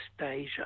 Asia